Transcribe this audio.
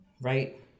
Right